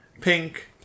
pink